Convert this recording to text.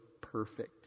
perfect